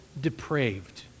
depraved